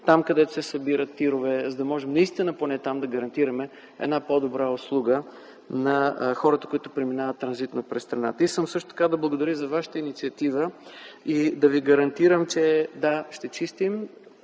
там, където се събират тирове, за да можем поне там да гарантираме по-добра услуга на хората, които преминават транзитно през страната. Искам също така да благодаря и за Вашата инициатива и да Ви гарантирам, че, да, ще чистим